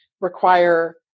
require